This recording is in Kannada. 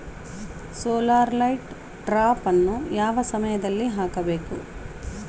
ಸೋಲಾರ್ ಲೈಟ್ ಟ್ರಾಪನ್ನು ಯಾವ ಸಮಯದಲ್ಲಿ ಹಾಕಬೇಕು?